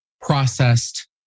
processed